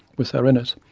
with her in it,